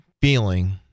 feeling